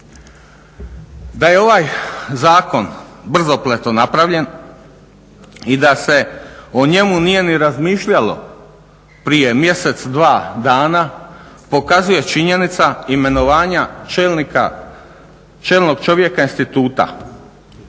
Da je ovaj zakon brzopleto napravljen i da se o njemu nije ni razmišljalo prije mjesec, dva, dana pokazuje činjenica imenovanja čelnog čovjeka instituta.